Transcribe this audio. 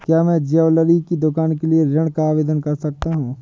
क्या मैं ज्वैलरी की दुकान के लिए ऋण का आवेदन कर सकता हूँ?